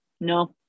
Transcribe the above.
no